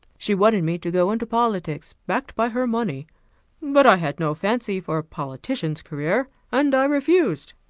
she wanted me to go into politics, backed by her money but i had no fancy for a politician's career, and i refused.